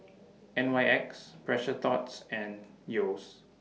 N Y X Precious Thots and Yeo's